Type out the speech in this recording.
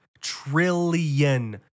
trillion